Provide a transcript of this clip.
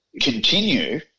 continue